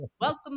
Welcome